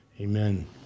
Amen